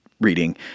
reading